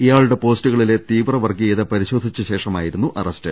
ഇയാളുടെ പോസ്റ്റുകളിലെ തീവ്രവർഗീയത പരിശോധിച്ച ശേഷമായിരുന്നു അറസ്റ്റ്